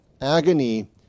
agony